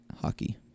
hockey